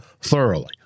thoroughly